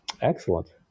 excellent